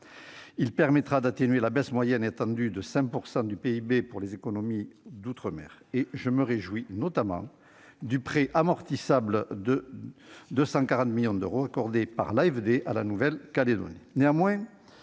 Il permettra d'atténuer la baisse moyenne attendue de 5 % du PIB pour les économies d'outre-mer. Je me réjouis notamment du prêt amortissable de 240 millions d'euros accordé par l'AFD à la Nouvelle-Calédonie.